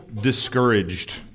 discouraged